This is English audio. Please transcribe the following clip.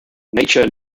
nature